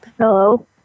Hello